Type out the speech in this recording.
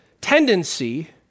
tendency